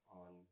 on